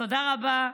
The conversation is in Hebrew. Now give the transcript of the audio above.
תודה רבה.